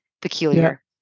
peculiar